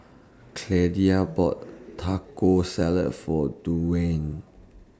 bought Taco Salad For Duwayne